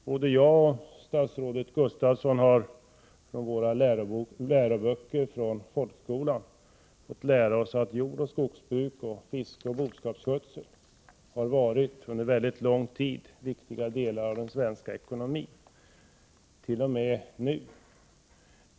Både jag och statsrådet Gustafsson har i våra läroböcker från folkskolan fått lära oss att jordoch skogsbruk, fiske och boskapsskötsel har under en mycket lång tid varit viktiga delar av den svenska ekonomin, och är det t.o.m. nu.